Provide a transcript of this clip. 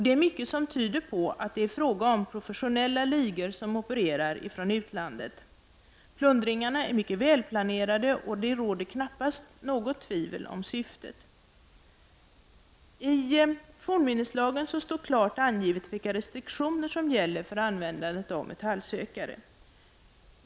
Det är mycket som tyder på att det är fråga om professionella ligor som opererar från utlandet. Plundringarna är mycket välplanerade, och det råder knappast något tvivel om syftet. I fornminneslagen står det klart angivet vilka restriktioner som gäller för användandet av metallsökare.